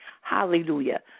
Hallelujah